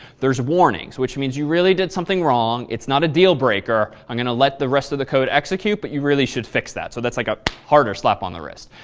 there's warnings, which means you really did something wrong. it's not a deal breaker. i'm going to let the rest of the code execute but you really should fix that. so that's like a harder slap on the wrist.